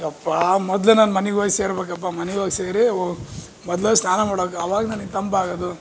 ಯಪ್ಪ ಮೊದ್ಲು ನಾನು ಮನಿಗೆ ಹೋಗಿ ಸೇರ್ಬೇಕಪ್ಪಾ ಮನಿಗೋಗಿ ಸೇರಿ ಓ ಮೊದ್ಲು ಹೋಗಿ ಸ್ನಾನ ಮಾಡಾಕೆ ಆವಾಗ ನನಗೆ ತಂಪು ಆಗದು